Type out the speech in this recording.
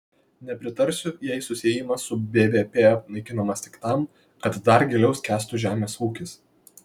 nepritarsiu jei susiejimas su bvp naikinamas tik tam kad dar giliau skęstų žemės ūkis